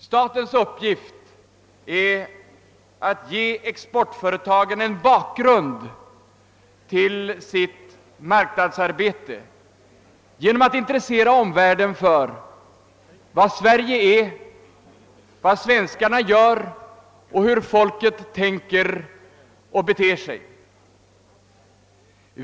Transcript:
Statens uppgift är att ge exportföretagen en bakgrund till marknadsarbetet genom att intressera omvärlden för vad Sverige är, vad svensskarna gör och hur folket tänker och beter sig.